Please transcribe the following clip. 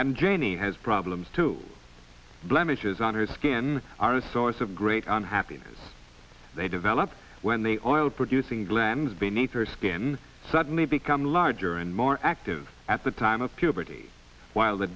and janie has problems too blemishes on his skin are a source of great on happiness they develop when they are all producing glands beneath her skin suddenly become larger and more active at the time of puberty while